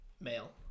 male